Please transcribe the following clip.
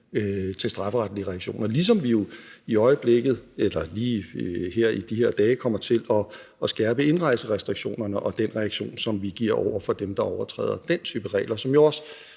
til strafferetlige reaktioner, ligesom vi jo i de her dage kommer til at skærpe indrejserestriktionerne og den reaktion, som vi har over for dem, der overtræder den type regler, og som jo også